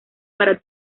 para